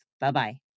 Bye-bye